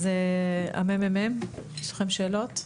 הממ"מ, יש לכם שאלות?